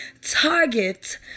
target